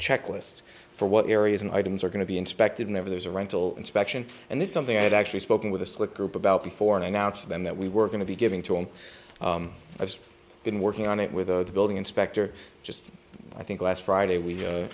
checklist for what areas and items are going to be inspected never there's a rental inspection and this is something i've actually spoken with a slick group about before and announced them that we were going to be giving to him i've been working on it with the building inspector just i think last friday we